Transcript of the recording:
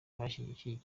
bashyigikiye